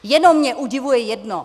Jenom mě udivuje jedno.